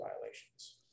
violations